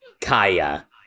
Kaya